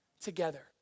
together